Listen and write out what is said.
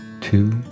two